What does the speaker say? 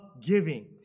giving